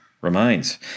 remains